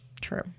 true